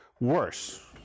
Worse